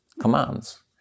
commands